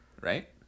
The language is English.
Right